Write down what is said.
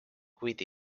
kuid